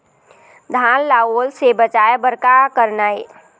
धान ला ओल से बचाए बर का करना ये?